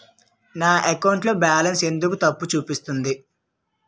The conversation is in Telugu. నా అకౌంట్ లో బాలన్స్ ఎందుకు తప్పు చూపిస్తుంది?